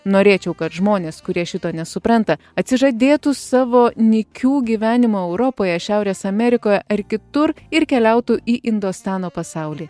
norėčiau kad žmonės kurie šito nesupranta atsižadėtų savo nykių gyvenimų europoje šiaurės amerikoje ar kitur ir keliautų į indostano pasaulį